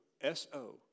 S-O